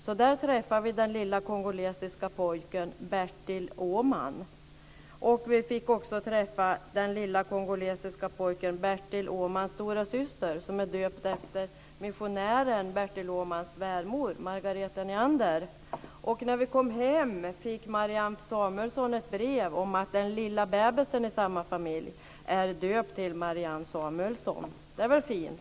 Vi träffade därför den lille kongolesiske pojken Bertil Åhman. Vi fick också träffa den lille kongolesiska pojken Bertil Åhmans storasyster, som är döpt efter missionären Bertil Åhmans svärmor, Margareta Nyander. När vi kom hem fick Marianne Samuelsson ett brev om att den lilla bebisen i samma familj är döpt till Marianne Samuelsson. Det är väl fint!